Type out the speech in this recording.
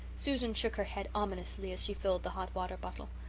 susan shook her head ominously as she filled the hot-water bottle.